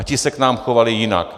Ti se k nám chovali jinak.